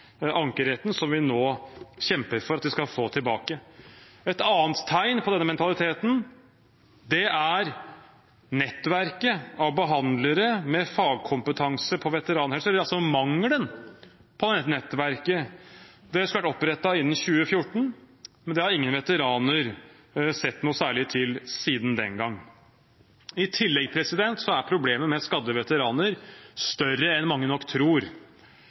som vi nå kjemper for at de skal få tilbake. Et annet tegn på denne mentaliteten er nettverket av behandlere med fagkompetanse på veteranhelse – eller mangelen på dette nettverket – som skulle vært opprettet innen 2014. Det har ingen veteraner sett noe særlig til siden den gang. I tillegg er nok problemet med skadede veteraner større enn mange tror.